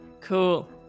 Cool